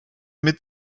mit